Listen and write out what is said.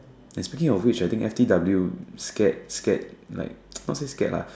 and speaking of which I think F_T_W scared scared like not say scared lah